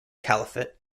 caliphate